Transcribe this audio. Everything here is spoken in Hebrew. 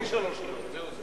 בלי שלוש קריאות, זהו זה.